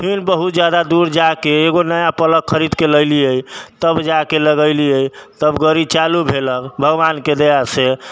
फिर बहुत जादा दूर जाके एगो नया प्लग खरीदके लयलिऐ तब जाके लगेलिऐ तब गाड़ी चालू भेल भगवानके दया से तब